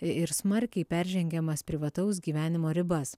i ir smarkiai peržengiamas privataus gyvenimo ribas